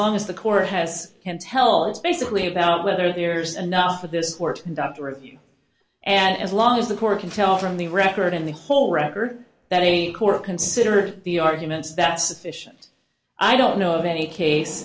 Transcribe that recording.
long as the court has can tell it's basically about whether there's enough of this sort and as long as the court can tell from the record in the whole record that a court consider the arguments that sufficient i don't know of any case